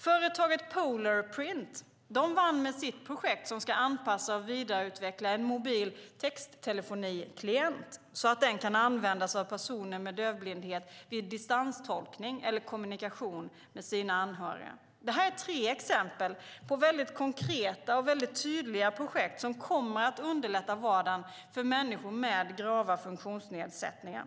Företaget Polar Print vann med sitt projekt som ska anpassa och vidareutveckla en mobil texttelefoniklient så att den kan användas av personer med dövblindhet vid distanstolkning eller kommunikation med anhöriga. Det är tre exempel på väldigt konkreta och tydliga projekt som kommer att underlätta vardagen för människor med grava funktionsnedsättningar.